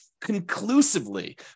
conclusively